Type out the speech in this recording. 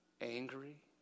angry